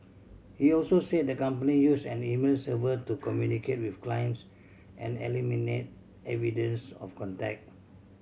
he also said the company used an email server to communicate with clients and eliminate evidence of contact